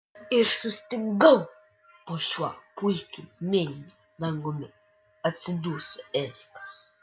ir sustingau po šiuo puikiu mėlynu dangumi atsiduso erikas